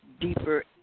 deeper